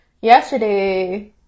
yesterday